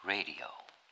Radio